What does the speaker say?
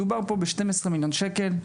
מדובר פה ב-12 מיליון ₪,